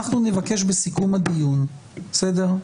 אנחנו נבקש בסיכום הדיון, בסדר?